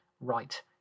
right